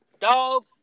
dog